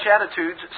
attitudes